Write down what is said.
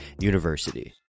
university